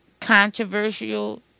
controversial